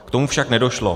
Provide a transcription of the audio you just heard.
K tomu však nedošlo.